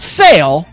sale